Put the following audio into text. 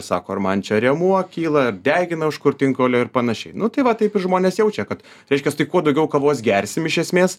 sako ar man čia rėmuo kyla degina už krūtinkaulio ir panašiai nu tai va taip ir žmonės jaučia kad reiškias tai kuo daugiau kavos gersim iš esmės